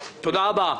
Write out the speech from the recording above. תודה רבה.